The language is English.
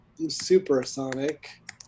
supersonic